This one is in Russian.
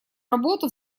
работу